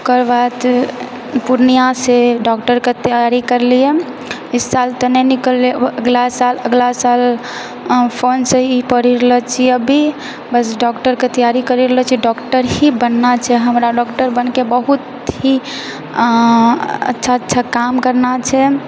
ओकरबाद पूर्णिया से डॉक्टरके तैयारी करलिऐ इस साल तऽ नहि निकललै अगला साल अगला साल फोनसँ ही पढ़ी रहलए छियै अभी बस डॉक्टरके तैयारी करै रहलए छियै डॉक्टर ही बनना छै हमरा डॉक्टर बनके बहुत ही अच्छा अच्छा काम करना छै